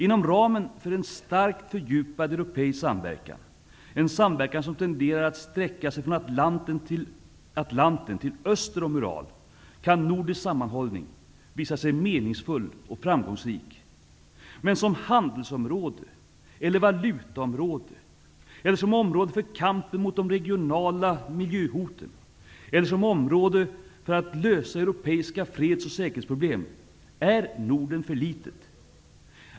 Inom ramen för en starkt fördjupad europeisk samverkan, en samverkan som tenderar att sträcka sig från Atlanten till öster om Ural, kan nordisk sammanhållning visa sig meningfull och framgångsrik, men som handelsområde, valutaområde, som område för kampen mot de regionala miljöhoten eller som område för att lösa europeiska freds och säkerhetsproblem är Norden för litet.